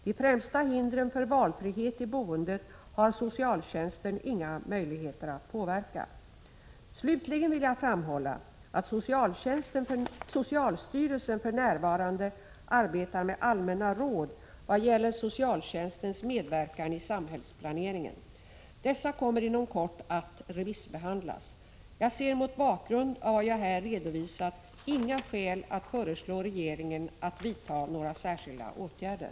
De främsta hindren för valfrihet i boendet har socialtjänsten inga möjligheter att påverka. Slutligen vill jag framhålla att socialstyrelsen för närvarande arbetar med allmänna råd vad gäller socialtjänstens medverkan i samhällsplaneringen. Dessa kommer inom kort att remissbehandlas. Jag ser mot bakgrund av vad jag här redovisat inga skäl att föreslå regeringen att vidta några särskilda åtgärder.